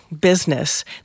business